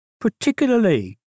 particularly